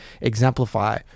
exemplify